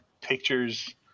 pictures